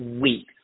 week